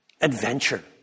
Adventure